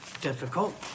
difficult